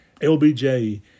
LBJ